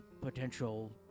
potential